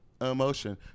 emotion